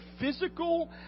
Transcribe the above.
physical